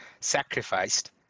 sacrificed